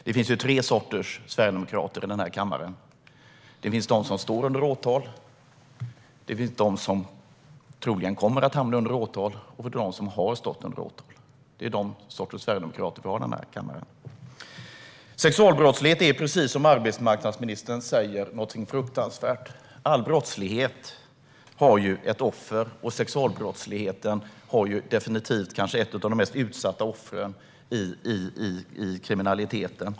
Det finns tre sorters sverigedemokrater i den här kammaren: Det finns de som står under åtal, det finns de som troligen kommer att hamna under åtal och det finns de som har stått under åtal. Sexualbrottslighet är, precis som arbetsmarknadsministern säger, någonting fruktansvärt. All brottslighet har ett offer, och sexualbrottsligheten har definitivt några av de mest utsatta offren i kriminaliteten.